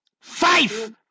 Five